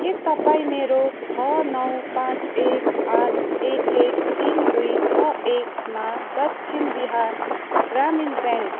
के तपाईँ मेरो छ नौ पाँच एक आठ एक एक तिन दुई छ एकमा दक्षिण बिहार ग्रामीण ब्याङ्क